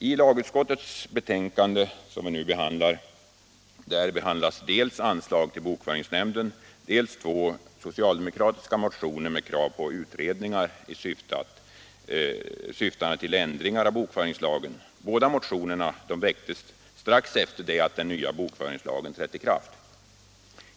I lagutskottets betänkande nr 19 behandlas dels förslag om anslag till bokföringsnämnden, dels två socialdemokratiska motioner med krav på utredningar, syftande till ändringar av bokföringslagen. Båda motionerna väcktes strax efter det att den nya bokföringslagen trätt i kraft.